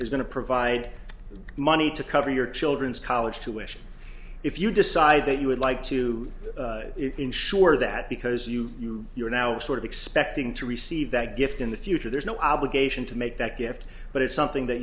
is going to provide money to cover your children's college tuition if you decide that you would like to ensure that because you you you are now sort of expecting to receive that gift in the future there's no obligation to make that gift but it's something